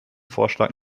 vorschlag